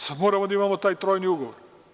Sad moramo da imamo taj trojni ugovor.